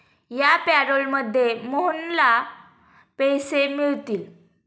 या पॅरोलमध्ये मोहनला पैसे मिळतील